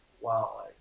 wow